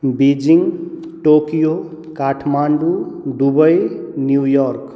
Beijing Tokyo Kathmandu Dubai New York